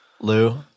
Lou